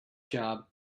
job